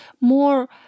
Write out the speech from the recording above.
more